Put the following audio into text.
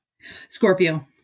Scorpio